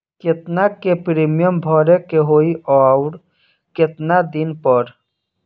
केतना के प्रीमियम भरे के होई और आऊर केतना दिन पर?